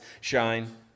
shine